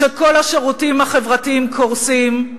כשכל השירותים החברתיים קורסים,